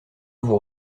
vous